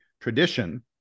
tradition